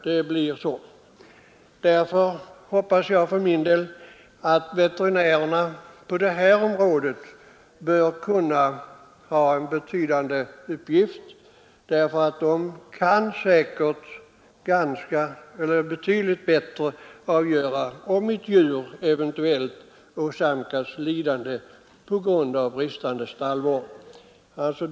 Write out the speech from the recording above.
Därför hoppas jag för min del att veterinärerna på det här området får en betydande uppgift, därför att de kan säkert mycket bättre avgöra om ett djur eventuellt åsamkas lidande på grund av bristande stallvård.